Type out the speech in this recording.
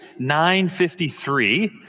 953